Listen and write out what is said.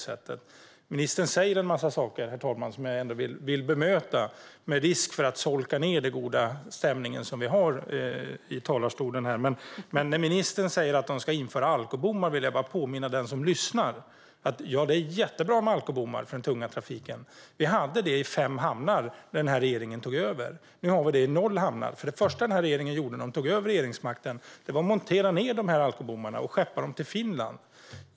Men ministern säger en massa saker, herr talman, och med risk för att solka ned den goda stämningen i talarstolen vill jag bemöta dem. Ministern säger att de ska införa alkobommar. Det är jättebra med alkobommar för den tunga trafiken, och då vill jag bara påminna den som lyssnar om att det hade vi i fem hamnar när den nuvarande regeringen tog över. Nu har vi det i noll hamnar, eftersom det första regeringen gjorde när den tog över regeringsmakten var att montera ned dessa alkobommar och skeppa dem till Finland.